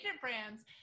brands